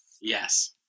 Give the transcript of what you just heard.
Yes